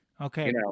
Okay